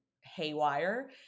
haywire